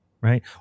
right